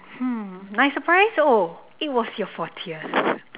hmm nice surprise oh it was your fortieth